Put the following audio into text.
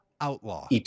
Outlaw